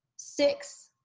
six,